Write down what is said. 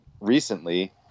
recently